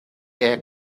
air